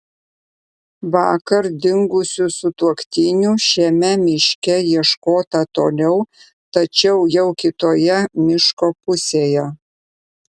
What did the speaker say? vakar dingusių sutuoktinių šiame miške ieškota toliau tačiau jau kitoje miško pusėje